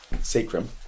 sacrum